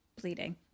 bleeding